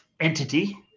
Entity